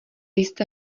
jste